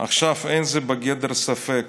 עכשיו אין זה בגדר ספק